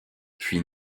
puis